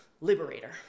liberator